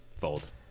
fold